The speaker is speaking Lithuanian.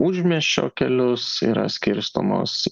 užmiesčio kelius yra skirstomos